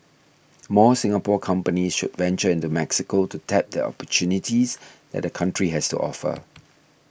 more Singapore companies should venture into Mexico to tap the opportunities that the country has to offer